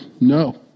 No